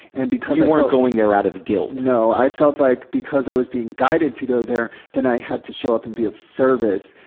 and weren't going there out of guilt. no. i felt like because i was being guided to go there, then i had to show up and be of service,